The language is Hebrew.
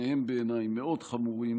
שניהם בעיניי מאוד חמורים